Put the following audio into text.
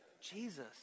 Jesus